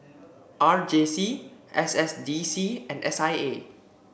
R J C S S D C and S I A